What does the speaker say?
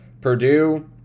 Purdue